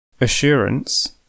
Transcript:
Assurance